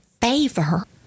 favor